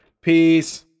Peace